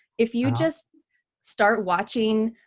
if you just start watching,